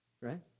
right